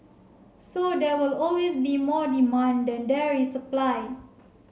so there will always be more demand than there is supply